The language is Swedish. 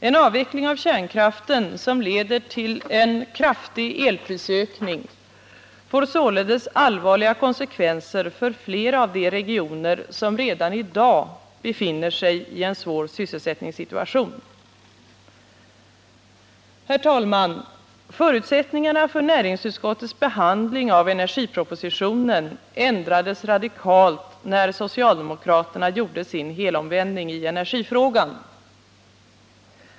En avveckling av kärnkraften, som leder till en kraftig elprishöjning, får således allvarliga konsekvenser för flera av de regioner som redan i dag befinner sig i en svår sysselsättningssituation. Herr talman! Förutsättningarna för näringsutskottes behandling av energipropositionen ändrades radikalt när socialdemokraterna gjorde sin helomvändning i energifrågan.